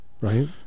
Right